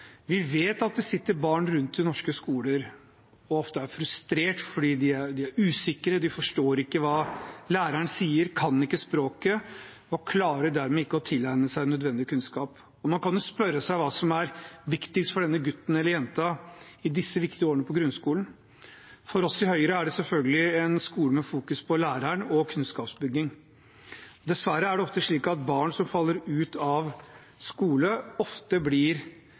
Vi vet at det sitter barn rundt i norske skoler og ofte er frustrert fordi de er usikre, de forstår ikke hva læreren sier, kan ikke språket og klarer dermed ikke å tilegne seg nødvendig kunnskap. Man kan jo spørre seg hva som er viktigst for denne gutten eller jenta i disse viktige årene på grunnskolen. For oss i Høyre er det selvfølgelig en skole med fokus på læreren og kunnskapsbygging. Dessverre er det ofte slik at barn som faller ut av skolen, blir